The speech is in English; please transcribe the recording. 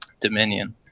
Dominion